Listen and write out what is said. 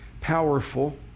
powerful